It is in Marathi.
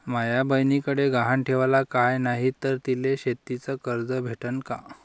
माया बयनीकडे गहान ठेवाला काय नाही तर तिले शेतीच कर्ज भेटन का?